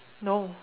no